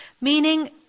Meaning